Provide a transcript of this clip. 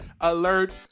alert